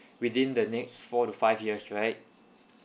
within the next four to five years right